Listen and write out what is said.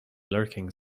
lurking